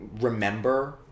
remember